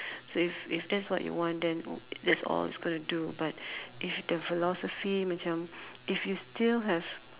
so if if that's what you want then that's all it's going to do but if the philosophy macam if you still have